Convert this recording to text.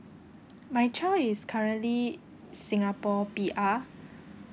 my child is currently singapore P_R